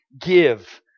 give